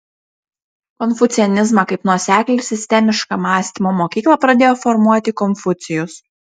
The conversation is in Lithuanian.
konfucianizmą kaip nuoseklią ir sistemišką mąstymo mokyklą pradėjo formuoti konfucijus